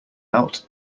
out